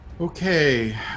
Okay